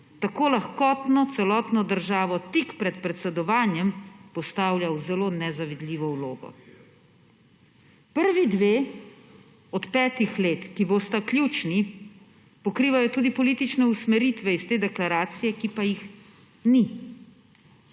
tako lahkotno celotno državo tik pred predsedovanjem postavlja v zelo nezavidljivo vlogo. Prvi dve od petih let, ki bosta ključni, pokrivata tudi politične usmeritve iz te deklaracije, ki pa jih ni.